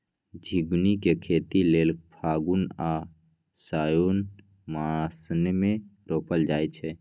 झिगुनी के खेती लेल फागुन आ साओंन मासमे रोपल जाइ छै